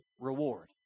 reward